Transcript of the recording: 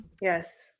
Yes